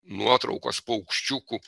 nuotraukos paukščiukų